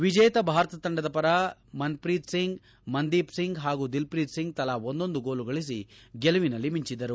ವಿಜೇತ ಭಾರತ ತಂಡದ ಪರ ಮನ್ಪ್ರೀತ್ ಸಿಂಗ್ ಮಂದೀಪ್ ಸಿಂಗ್ ಪಾಗೂ ದಿಲ್ಪ್ರೀತ್ ಸಿಂಗ್ ತಲಾ ಒಂದೊಂದು ಗೋಲು ಗಳಿಸಿ ಗೆಲುವಿನಲ್ಲಿ ಮಿಂಚಿದರು